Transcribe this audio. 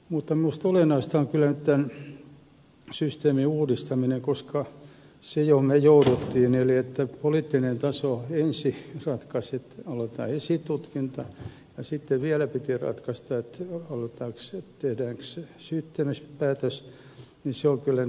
mutta minusta olennaista on kyllä nyt tämän systeemin uudistaminen koska se mihin me jouduimme eli se että poliittinen taso ensin ratkaisi että aloitetaan esitutkinta ja sitten vielä piti ratkaista tehdäänkö syyttämispäätös on kyllä nyt mahdotonta